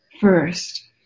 first